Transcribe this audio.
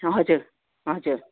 हजुर हजुर